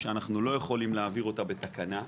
שאנחנו לא יכולים להעביר אותה בתקנה,